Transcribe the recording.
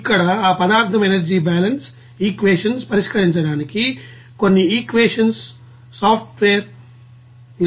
ఇక్కడ ఆ పదార్థం ఎనర్జీ బాలన్స్ ఈక్వేషన్స్ పరిష్కరించడానికి కొన్ని ఈక్వేషన్ సాల్ వేర్స్ లను ఉపయోగించవచ్చు